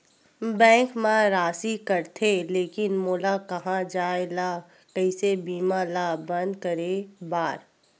Bank मा राशि कटथे लेकिन मोला कहां जाय ला कइसे बीमा ला बंद करे बार?